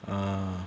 ah